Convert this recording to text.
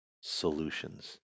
solutions